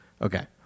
Okay